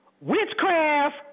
witchcraft